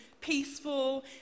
peaceful